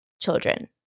children